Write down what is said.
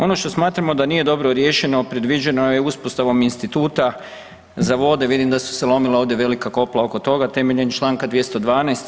Ono što smatramo da nije dobro riješeno predviđeno je uspostavom instituta za vode, vidim da su se lomila ovdje velika koplja oko toga, temeljem čl. 212.